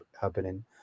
happening